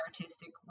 artistic